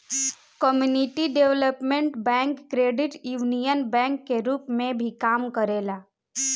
community development bank credit union bank के रूप में भी काम करेला